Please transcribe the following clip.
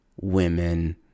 women